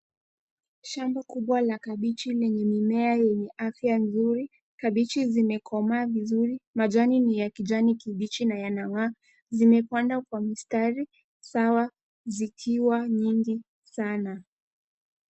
Shamba kubwa la kabichi lenye mimea yenye afya nzuri, kabichi zimekomaa vizuri majani ni ya kijani kibichi na yanangaa. Zimepandwa kwa mistari sawa zikiwa nyingi sana.